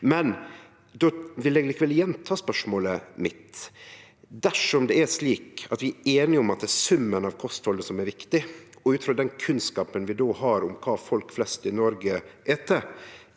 Då vil eg likevel gjenta spørsmålet mitt. Dersom vi er einige om at det er summen av kosthaldet som er viktig, og ut frå den kunnskapen vi har om kva folk flest i Noreg et: